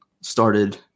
started